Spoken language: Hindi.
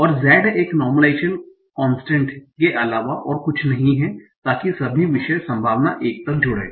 और Z एक नार्मलाइजेशन कोंस्टेंट के अलावा और कुछ नहीं है ताकि सभी विषय संभावना 1 तक जुड़े